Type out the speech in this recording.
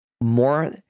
more